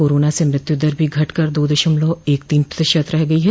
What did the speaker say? corona से मृत्यू दर भी घटकर दो दशमलव एक तीन प्रतिशत रह गई है